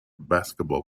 basketball